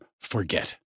forget